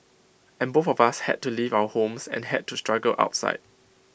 and both of us had to leave our homes and had to struggle outside